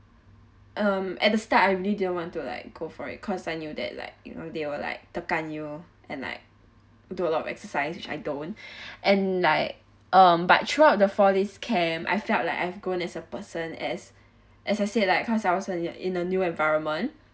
um at the start I really didn't want to like go for it cause I knew that like you know they will like tekan you and like do a lot of exercise which I don't and like um but throughout the four days camp I felt like I've grown as a person as as I said like cause I was like in a new environment